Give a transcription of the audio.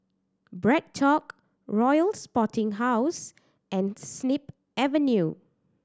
BreadTalk Royal Sporting House and Snip Avenue